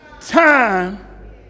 time